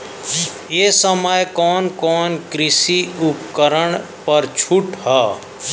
ए समय कवन कवन कृषि उपकरण पर छूट ह?